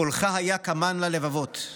קולך היה כמן ללבבות /